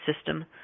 system